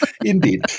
Indeed